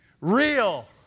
real